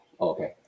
okay